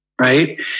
Right